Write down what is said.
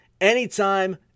anytime